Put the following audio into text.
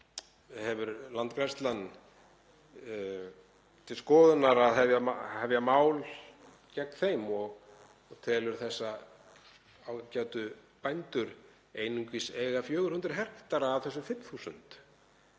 hefur Landgræðslan til skoðunar að hefja mál gegn þeim og telur þessa ágætu bændur einungis eiga 400 hektara af þessum 5.000.